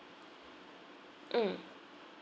mm